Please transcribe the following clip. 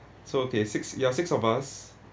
so okay six ya six of us